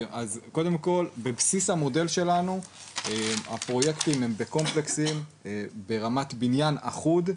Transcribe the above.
אז קודם כל בבסיס המודל שלנו הפרויקטים הם בקומפלקסים ברמת בניין אחוד,